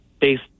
based